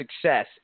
success